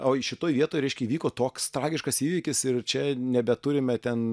o šitoj vietoj reiškia įvyko toks tragiškas įvykis ir čia nebeturime ten